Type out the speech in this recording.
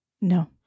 No